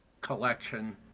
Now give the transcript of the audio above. collection